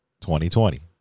2020